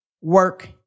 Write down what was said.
work